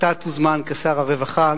אתה תוזמן כשר הרווחה,